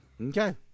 Okay